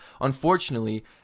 Unfortunately